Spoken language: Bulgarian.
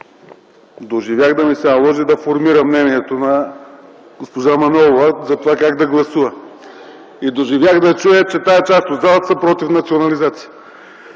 Доживях да ми се наложи да формирам мнението на госпожа Манолова, затова как да гласува. И доживях да чуя, че тази част от залата са против национализация.